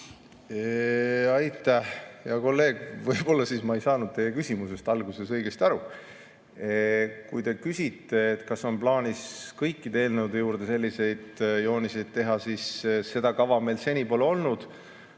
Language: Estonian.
Aitäh! Hea kolleeg, võib-olla siis ma ei saanud teie küsimusest alguses õigesti aru. Kui te küsite, kas on plaanis kõikide eelnõude juurde selliseid jooniseid teha, siis seda kava meil seni pole olnud.